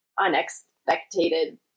unexpected